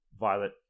violet